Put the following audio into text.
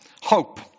hope